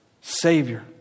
Savior